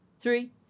Three